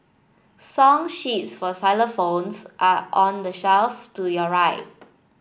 song sheets for xylophones are on the shelf to your right